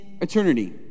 eternity